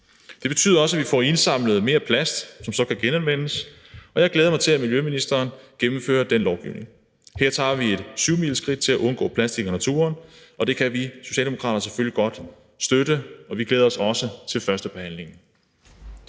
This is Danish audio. Det betyder også, at vi får indsamlet mere plast, som så kan genanvendes, og jeg glæder mig til, at miljøministeren gennemfører den lovgivning. Her tager vi et syvmileskridt til at undgå plastik i naturen, og det kan vi Socialdemokrater selvfølgelig godt støtte, og vi glæder os også til førstebehandlingen.